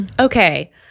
Okay